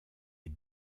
est